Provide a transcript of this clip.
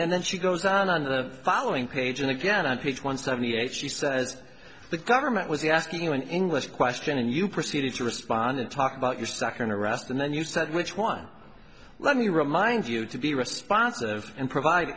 and then she goes down on the following page and again on page one seventy eight she says the government was asking you an english question and you proceeded to respond and talk about your second arrest and then you said which one let me remind you to be responsive and provide